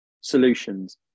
solutions